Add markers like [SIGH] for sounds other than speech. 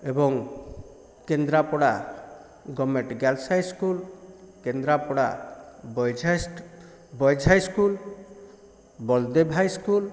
ଏବଂ Kendrapara government girls high school Kendrapara boys [UNINTELLIGIBLE] boys high school Baladev high school